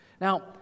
Now